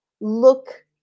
look